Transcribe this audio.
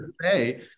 say